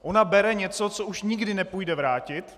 Ona bere něco, co už nikdy nepůjde vrátit.